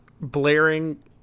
blaring